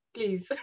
Please